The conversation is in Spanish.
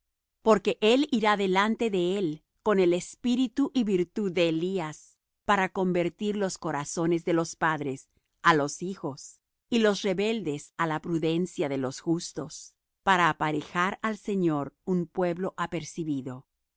porque él irá delante de él con el espíritu y virtud de elías para convertir los corazones de los padres á los hijos y los rebeldes á la prudencia de los justos para aparejar al señor un pueblo apercibido